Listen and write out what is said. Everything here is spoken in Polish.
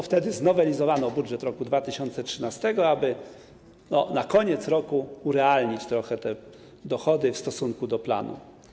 Wtedy znowelizowano budżet roku 2013, aby na koniec roku urealnić trochę te dochody w stosunku do planu.